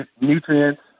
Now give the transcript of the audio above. nutrients